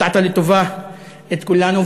הפתעת לטובה את כולנו,